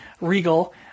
Regal